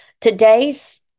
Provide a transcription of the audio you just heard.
Today's